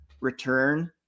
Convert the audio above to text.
return